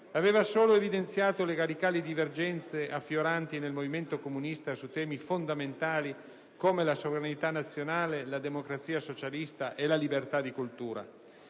aveva solo evidenziato le radicali divergenze affioranti nel movimento comunista su temi fondamentali come la sovranità nazionale, la democrazia socialista e la libertà di cultura.